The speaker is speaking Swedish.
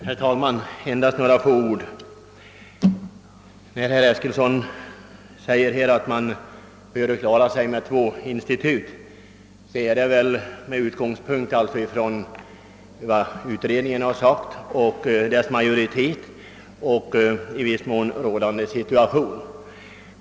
Herr talman! Jag skall yttra endast några få ord. När herr Eskilsson säger att man bör klara sig med två institut utgår han väl från utredningens uttalande beträffande undervisningstidens längd.